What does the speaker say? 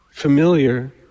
familiar